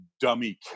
dummy